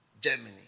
Germany